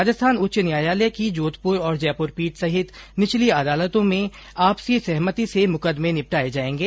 राजस्थान उच्च न्यायालय की जोधपुर और जयपुर पीठ सहित निचली अदालतों में आपसी सहमति से मुकदमे निपटाये जायेंगे